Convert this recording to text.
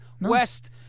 west